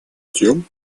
тем